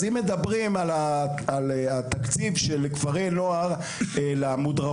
אז אם מדברים על התקציב של כפרי נוער למודרכות,